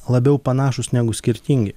labiau panašūs negu skirtingi